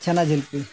ᱪᱷᱟᱱᱟ ᱡᱷᱤᱞᱯᱤ